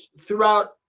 throughout